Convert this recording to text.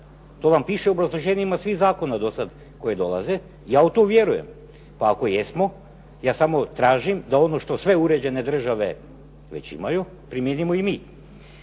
To vam piše u obrazloženjima svih zakona dosad koji dolaze. Ja to vjerujem. Pa ako jesmo, ja samo tražim da ono što sve uređene države već imaju, primjenimo i mi.